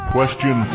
Question